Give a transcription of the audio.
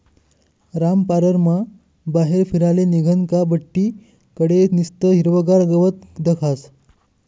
रामपाररमा बाहेर फिराले निंघनं का बठ्ठी कडे निस्तं हिरवंगार गवत दखास